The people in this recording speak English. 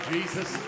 Jesus